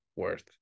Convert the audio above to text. worth